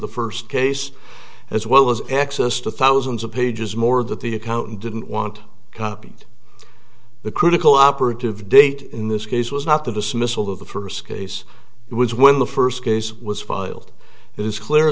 the first case as well as access to thousands of pages more that the accountant didn't want copied the critical operative date in this case was not the dismissal of the first case it was when the first case was filed it is clear